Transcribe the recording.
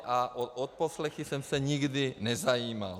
A o odposlechy jsem se nikdy nezajímal.